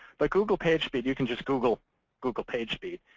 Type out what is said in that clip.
but google pagespeed, you can just google google pagespeed,